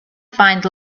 find